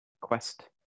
quest